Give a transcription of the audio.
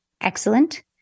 excellent